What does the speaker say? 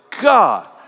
God